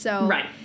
Right